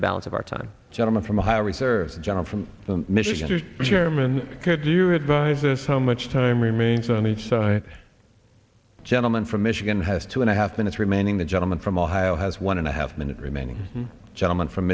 the balance of our time gentleman from ohio reserves john from michigan chairman could you advise us how much time remains on each side a gentleman from michigan has two and a half minutes remaining the gentleman from ohio has one and a half minute remaining gentleman from